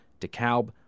DeKalb